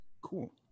Cool